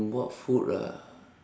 what food ah